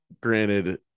granted